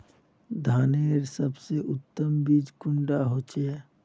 धानेर सबसे उत्तम बीज कुंडा होचए?